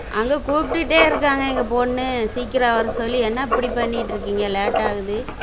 அங்கே கூப்பிட்டுட்டே இருக்காங்க எங்கள் பொண்ணு சீக்கிரம் வர சொல்லி என்ன இப்படி பண்ணிக்கிட்டிருக்கீங்க லேட் ஆகுது